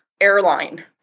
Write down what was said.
airline